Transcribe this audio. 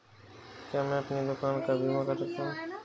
क्या मैं अपनी दुकान का बीमा कर सकता हूँ?